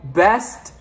best